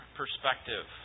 perspective